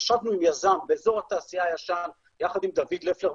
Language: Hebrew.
ישבנו עם יזם באזור התעשייה הישן יחד עם דוד לפלר,